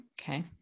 Okay